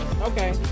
Okay